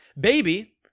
Baby